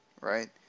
right